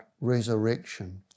resurrection